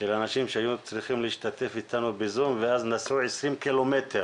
של אנשים שהיו צריכים להשתתף איתנו בזום ואז נסעו 20 קילומטר